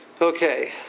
Okay